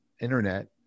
internet